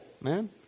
man